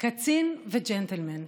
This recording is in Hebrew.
קצין וג'נטלמן.